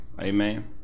Amen